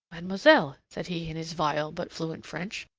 mademoiselle, said he in his vile but fluent french,